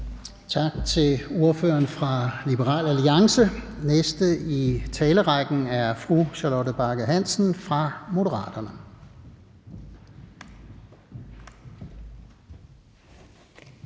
Tak til ordføreren fra Liberal Alliance. Den næste i talerrækken er fru Charlotte Bagge Hansen fra Moderaterne.